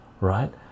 right